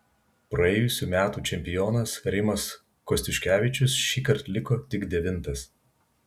praėjusių metų čempionas rimas kostiuškevičius šįkart liko tik devintas